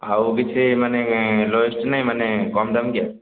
ଆଉ କିଛି ମାନେ ଲୋଏଷ୍ଟ ନାହିଁ ମାନେ କମ୍ ଦାମିକିଆ